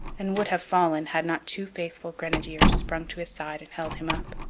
and would have fallen had not two faithful grenadiers sprung to his side and held him up.